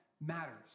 matters